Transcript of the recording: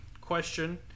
question